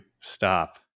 stop